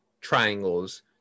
triangles